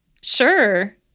Sure